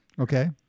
Okay